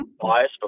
bias